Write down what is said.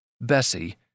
Bessie